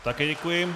Také děkuji.